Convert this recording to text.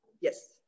yes